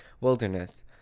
wilderness